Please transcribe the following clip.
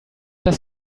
das